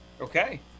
Okay